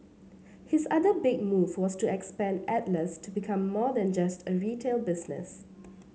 his other big move was to expand Atlas to become more than just a retail business